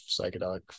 psychedelic